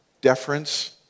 deference